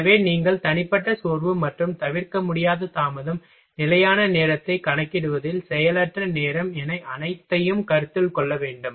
எனவே நீங்கள் தனிப்பட்ட சோர்வு மற்றும் தவிர்க்க முடியாத தாமதம் நிலையான நேரத்தை கணக்கிடுவதில் செயலற்ற நேரம் என அனைத்தையும் கருத்தில் கொள்ள வேண்டும்